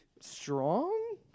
strong